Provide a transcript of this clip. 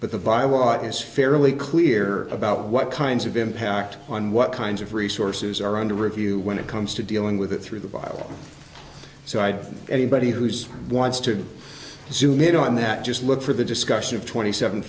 but the by what is fairly clear about what kinds of impact on what kinds of resources are under review when it comes to dealing with it through the bible so i anybody who's wants to zoom in on that just look for the discussion of twenty seven